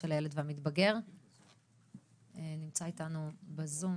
של הילד והמתבגר נמצא איתנו בזום.